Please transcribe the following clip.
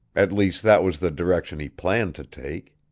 at least that was the direction he planned to take.